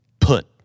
put